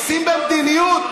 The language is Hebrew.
עושים במדיניות.